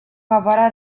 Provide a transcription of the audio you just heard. favoarea